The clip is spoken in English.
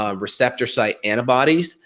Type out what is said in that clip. um receptor site antibodies,